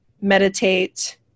meditate